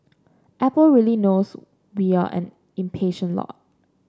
apple really knows we are an impatient lot